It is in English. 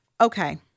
okay